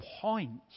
points